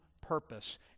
purpose